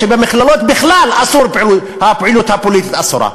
שבמכללות בכלל הפעילות הפוליטית אסורה.